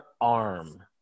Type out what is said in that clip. arm